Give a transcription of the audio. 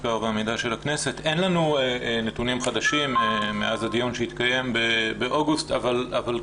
אין לנו נתונים חדשים מאז הדיון שהתקיים באוגוסט אבל אולי